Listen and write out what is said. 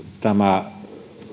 tämä